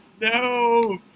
No